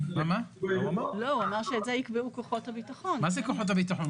מה זה כוחות הביטחון?